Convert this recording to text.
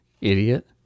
Idiot